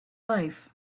life